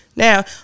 Now